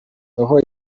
roho